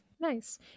Nice